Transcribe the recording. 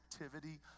activity